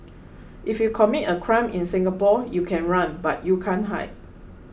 if you commit a crime in Singapore you can run but you can't hide